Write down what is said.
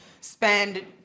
spend